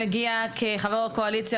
לפחות אתה גם מגיע לוועדה כחבר הקואליציה.